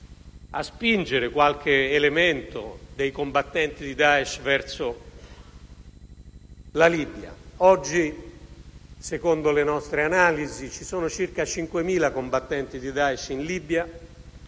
a spingere qualche elemento dei combattenti di Daesh verso la Libia. Oggi, secondo le nostre analisi, ci sono circa 5.000 combattenti di Daesh in Libia